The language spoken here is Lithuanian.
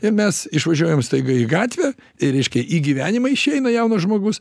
ir mes išvažiuojam staiga į gatvę ir reiškia į gyvenimą išeina jaunas žmogus